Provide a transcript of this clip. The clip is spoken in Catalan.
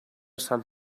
sant